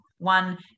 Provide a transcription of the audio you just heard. One